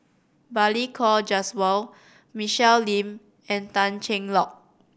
Balli Kaur Jaswal Michelle Lim and Tan Cheng Lock